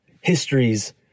histories